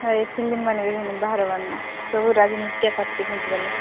ହେଇ ଫିଲିମ୍ ମାନେ ବି ସେମତି ବାହାର ବନନା ସବୁ ରାଜନୀତିଆ ପାର୍ଟି ଭାଙ୍ଗି ଗଲେ